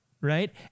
Right